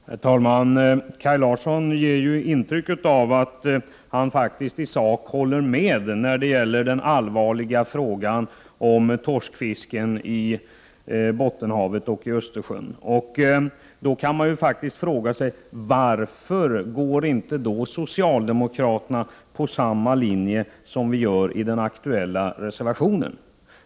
Herr talman! Kaj Larsson ger intrycket av att hålla med i sak när det gäller 30 november 1988 den allvarliga frågan om torskfisken i Bottenhavet och Östersjön. Dåkar mg = man faktiskt fråga sig: Varför går då inte socialdemokraterna på samma linje som vi gör i den aktuella reservationen?